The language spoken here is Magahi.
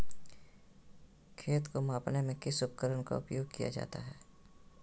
खेत को मापने में किस उपकरण का उपयोग किया जाता है?